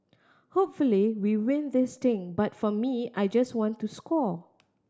hopefully we win this thing but for me I just want to score